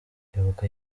ibuka